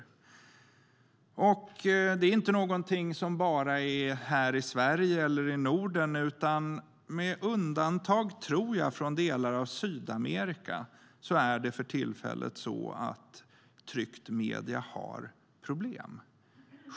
Det är inte någonting som bara gäller här i Sverige eller i Norden, utan med undantag, tror jag, från delar av Sydamerika är det för tillfället så att tryckta medier har problem.